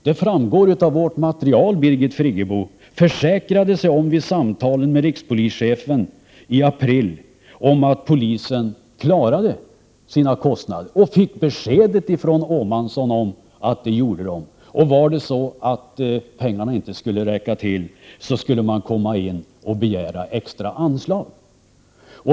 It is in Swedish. Det framgår av vårt material, Birgit Friggebo, att Anna-Greta Leijon vid samtalen med rikspolischefen i april försäkrade sig om att polisen klarade sina kostnader. Hon fick beskedet från Åhmansson att så var fallet. Om pengarna inte skulle räcka till skulle man begära extra anslag.